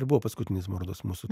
ir buvo paskutinis man rodos mūsų